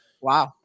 Wow